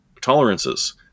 tolerances